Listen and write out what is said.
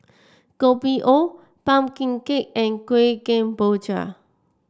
Kopi O pumpkin cake and Kueh Kemboja